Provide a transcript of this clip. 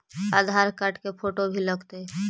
आधार card के photo भी लग तै?